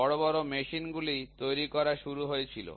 বড় বড় মেশিনগুলি তৈরি করা শুরু হয়েছিল